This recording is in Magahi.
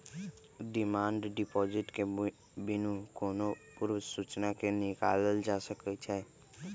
डिमांड डिपॉजिट के बिनु कोनो पूर्व सूचना के निकालल जा सकइ छै